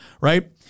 Right